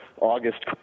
August